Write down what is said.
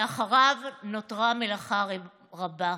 ואחריו נותרה מלאכה רבה.